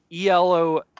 ELO